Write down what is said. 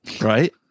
Right